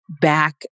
back